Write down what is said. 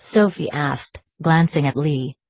sophie asked, glancing at leigh.